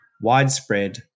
widespread